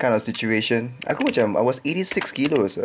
kind of situation aku macam I was eighty six kilo sia